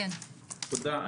תודה.